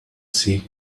see